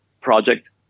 project